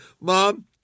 Mom